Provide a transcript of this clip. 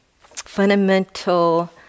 fundamental